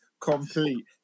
complete